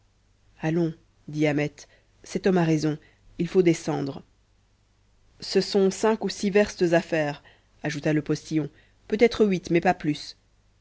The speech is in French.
ahmet cet homme a raison il faut descendre ce sont cinq ou six verstes à faire ajouta le postillon peut être huit mais pas plus